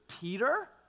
Peter